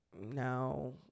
no